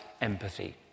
empathy